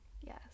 yes